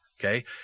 Okay